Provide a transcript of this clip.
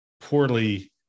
poorly